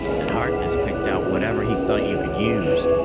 and harkness picked out whatever he thought you could use.